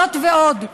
זאת ועוד,